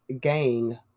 gang